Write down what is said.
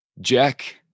Jack